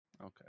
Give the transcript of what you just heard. Okay